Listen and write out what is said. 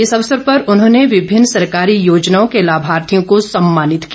इस अवसर पर उन्होंने विभिन्न सरकारी योजनाओं के लाभार्थियों को सम्मानित किया